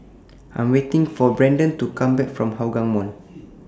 I Am waiting For Brendan to Come Back from Hougang Mall